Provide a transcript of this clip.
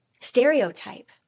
stereotype